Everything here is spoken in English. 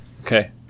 Okay